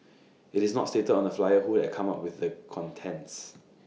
IT is not stated on the flyer who had come up with the contents